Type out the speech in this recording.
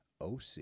OC